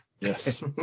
yes